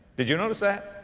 did you notice that?